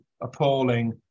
appalling